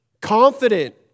confident